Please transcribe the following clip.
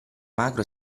magro